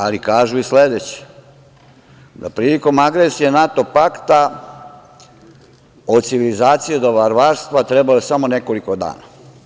Ali kažu i sledeće - da prilikom agresije NATO pakta od civilizacije do varvarstva treba samo nekoliko dana.